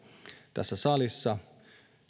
tässä salissa